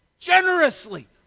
Generously